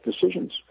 decisions